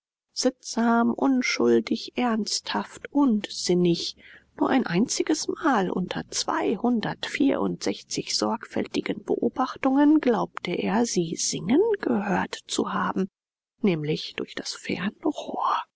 sittsam unschuldig ernsthaft und sinnig nur ein einziges mal unter zweihundert vierundsechszig sorgfältigen beobachtungen glaubte er sie singen gehört zu haben nämlich durch das